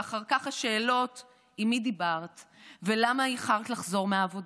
ואחר כך השאלות עם מי דיברת ולמה איחרת לחזור מהעבודה.